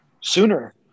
sooner